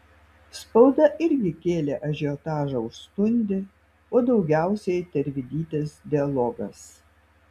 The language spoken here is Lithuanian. spauda irgi kėlė ažiotažą už stundį o daugiausiai tervidytės dialogas